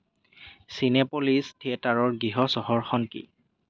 Cinepolis থিয়েটাৰৰ গৃহ চহৰখন কি